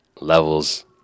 levels